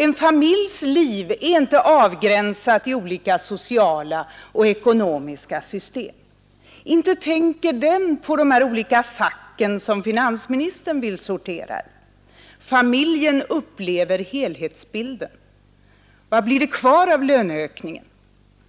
En familjs liv är inte avgränsat i olika sociala och ekonomiska system. Inte tänker den på de olika facken som finansministern vill sortera in den i. Familjen upplever helhetsbilden. Vad blir det kvar av löneökningen?